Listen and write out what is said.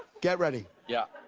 get ready. yeah.